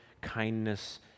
kindness